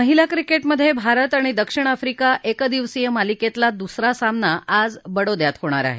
महिला क्रिकेटमधे भारत आणि दक्षिण आफ्रीका एकदिवसीय मालिकेतला दुसरा सामना आज बडोद्यात होणार आहे